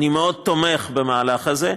אני מאוד תומך במהלך הזה.